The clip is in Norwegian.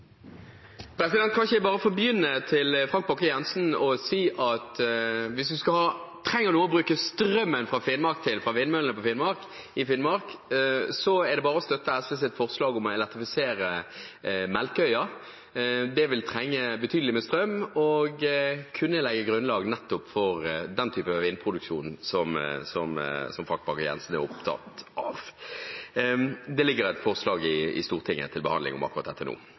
Kan ikke jeg bare få begynne med Frank Bakke-Jensen og si at hvis man trenger noe å bruke strømmen fra vindmøllene i Finnmark til, er det bare å støtte SVs forslag om å elektrifisere på Melkøya. Det vil trenge betydelig med strøm og kunne legge grunnlag for nettopp den type vindproduksjon som Frank Bakke-Jensen er opptatt av. Det ligger et forslag til behandling i Stortinget om akkurat dette nå,